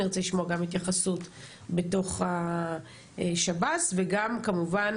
אני ארצה לשמוע גם התייחסות בתוך השב"ס וגם כמובן